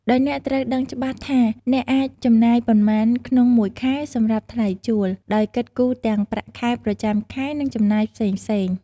ដោយអ្នកត្រូវដឹងច្បាស់ថាអ្នកអាចចំណាយប៉ុន្មានក្នុងមួយខែសម្រាប់ថ្លៃជួល ដោយគិតគូរទាំងប្រាក់ខែប្រចាំខែ និងចំណាយផ្សេងៗ។